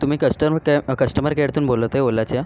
तुम्ही customer care customer केअरतून बोलत आहे ओलाच्या